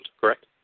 correct